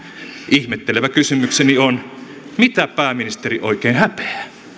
ihmettelevä kysymykseni on mitä pääministeri oikein häpeää